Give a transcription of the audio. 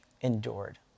endured